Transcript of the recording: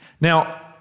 Now